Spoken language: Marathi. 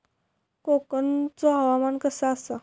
कोकनचो हवामान कसा आसा?